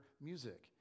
music